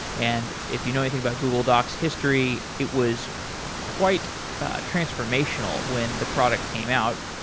and if you know anything about google doc's history, it was quite transformational when the product came out.